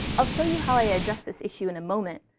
i'll show you how i address this issue in a moment.